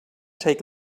take